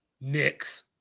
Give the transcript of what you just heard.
Knicks